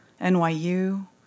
NYU